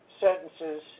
sentences